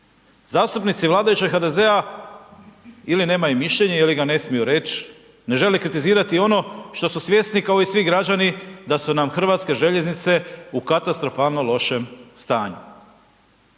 Zastupnici vladajućeg HDZ-a ili nemaju mišljenje ili ga ne smiju reći, ne žele kritizirati ono što su svjesni kao i svi građani da su nam Hrvatske željeznice u katastrofalnom loše stanju.